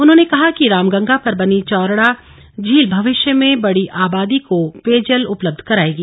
उन्होंने कहा कि रामगंगा पर बनी चौरड़ा झील भविष्य में बड़ी आबादी को पेयजल उपलब्ध कराएगी